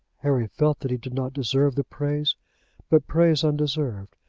harry felt that he did not deserve the praise but praise undeserved,